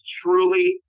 truly